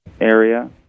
area